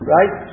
Right